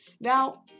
Now